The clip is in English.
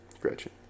Gretchen